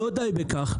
לא די בכך,